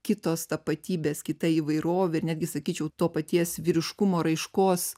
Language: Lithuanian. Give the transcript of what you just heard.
kitos tapatybės kita įvairovė ir netgi sakyčiau to paties vyriškumo raiškos